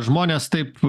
žmonės taip